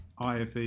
ife